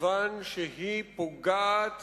כיוון שהיא פוגעת